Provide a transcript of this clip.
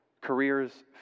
Careers